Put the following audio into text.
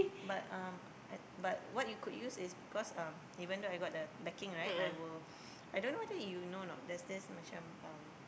but um I but what you could use is because um even though I got the backing right I will I don't know whether you know or not there's there's macam um